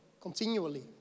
continually